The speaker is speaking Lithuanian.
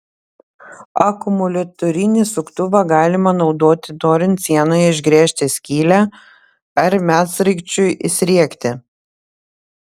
akumuliatorinį suktuvą galima naudoti norint sienoje išgręžti skylę ar medsraigčiui įsriegti